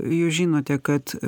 jūs žinote kad